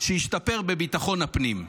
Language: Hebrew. שהשתפר בביטחון הפנים?